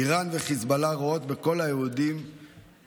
איראן וחיזבאללה רואות את כל היהודים בעולם,